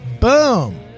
Boom